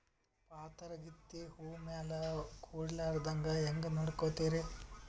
ಪಾತರಗಿತ್ತಿ ಹೂ ಮ್ಯಾಲ ಕೂಡಲಾರ್ದಂಗ ಹೇಂಗ ನೋಡಕೋತಿರಿ?